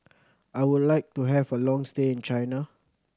I would like to have a long stay in China